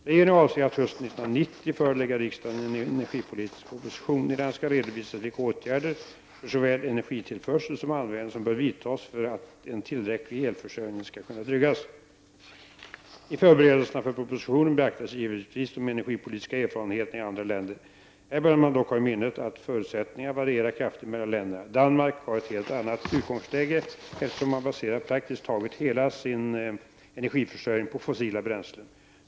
Regeringen avser att hösten 1990 förelägga riksdagen en energipolitisk proposition. I denna skall redovisas vilka åtgärder för såväl energitillförsel som användning som bör vidtas för att en tillräcklig elförsörjning skall kunna tryggas. I förberedelserna för propositionen beaktas givetvis de energipolitiska erfarenheterna i andra länder. Här bör man dock ha i minnet att förutsättningarna varierar kraftigt mellan länderna. Danmark har ett helt annat utgångsläge, eftersom man baserar praktiskt taget hela sin energiförsörjning på fossila bränslen.